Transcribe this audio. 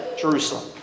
Jerusalem